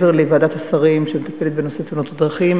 שמעבר לוועדת השרים שמטפלת בנושא תאונות הדרכים,